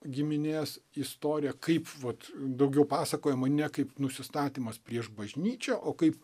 giminės istorija kaip vat daugiau pasakojama ne kaip nusistatymas prieš bažnyčią o kaip